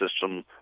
system